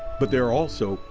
but there are also.